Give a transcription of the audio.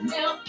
Now